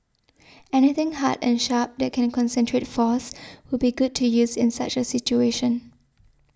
anything hard and sharp that can concentrate force would be good to use in such a situation